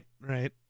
Right